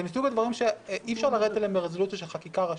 מסוג הדברים שאי אפשר לרדת אליהם ברזולוציה של חקיקה ראשית.